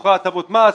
בתוכה יש הטבות מס,